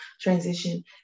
transition